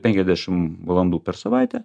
penkiasdešimt valandų per savaitę